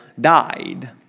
died